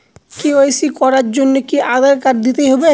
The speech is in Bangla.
কে.ওয়াই.সি করার জন্য কি আধার কার্ড দিতেই হবে?